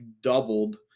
doubled